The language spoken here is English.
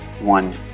one